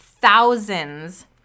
thousands